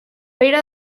pere